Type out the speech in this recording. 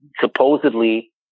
supposedly